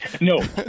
No